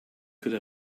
could